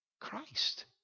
Christ